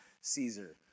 Caesar